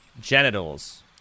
Genitals